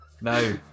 No